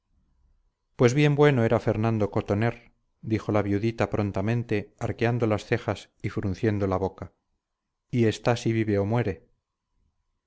pues bien bueno era fernando cotoner dijo la viudita prontamente arqueando las cejas y frunciendo la boca y está si vive o muere